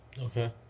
Okay